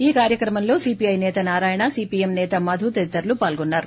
ఈ కార్చక్రమంలో సీపీఐ సేత నారాయణ సీపీఎం సేత మధు తదితరులు పాల్గొన్నారు